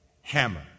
Hammer